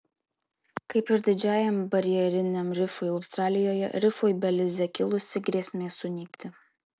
kaip ir didžiajam barjeriniam rifui australijoje rifui belize kilusi grėsmė sunykti